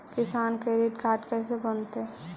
किसान credit card कैसे बनतै?